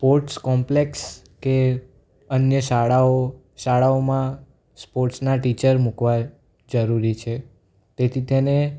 sports complex કે અન્ય શાળાઓ શાળાઓમાં સ્પોર્ટ્સના ટીચર મુકવા જરૂરી છે તેથી તેને